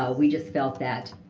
we just felt that,